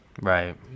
Right